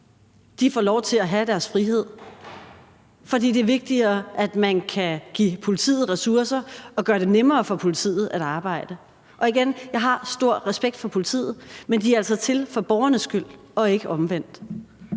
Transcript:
får lov til at have deres frihed, fordi man synes, det er vigtigere, at man kan give politiet ressourcer og gøre det nemmere for politiet at arbejde. Igen vil jeg sige: Jeg har stor respekt for politiet, men de er altså til for borgernes skyld og ikke omvendt.